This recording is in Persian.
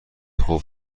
خوب